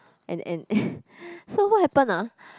and and and so what happen ah